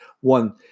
one